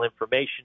information